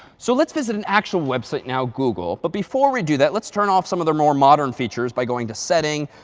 so let's visit an actual website now google. but before we do that, let's turn off some of the more modern features by going to setting,